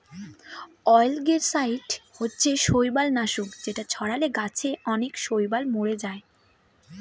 অয়েলগেসাইড হচ্ছে শৈবাল নাশক যেটা ছড়ালে গাছে অনেক শৈবাল মোরে যায়